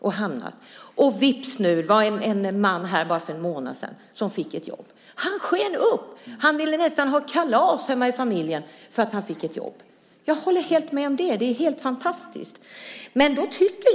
Det var en man som bara för en månad sedan fick ett jobb. Han sken upp och ville nästan ha ett kalas för familjen för att han fick ett jobb. Jag håller helt med om att det är fantastiskt.